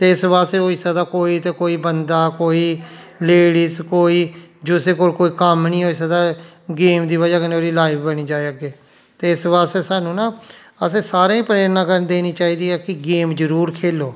ते इस बास्तै होई सकदा कोई ना कोई बंदा कोई लेडिस कोई जिस कोल कोई कम्म नी होई सकदा गेम दी बजह कन्नै ओहदी लाइफ बनी जाई अग्गें ते इस बास्तै सानू ना असें सारें गी प्ररेणा देनी चाहिदी ऐ कि गेम जरूर खेलो